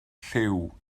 llyw